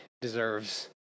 deserves